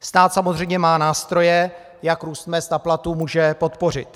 Stát samozřejmě má nástroje, jak růst mezd a platů může podpořit.